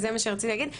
זה מה שרציתי להגיד.